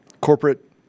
corporate